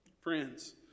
Friends